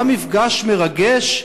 היה מפגש מרגש,